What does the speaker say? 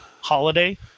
holiday